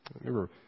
Remember